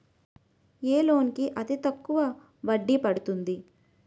ఏ loan కి అతి తక్కువ వడ్డీ పడుతుంది?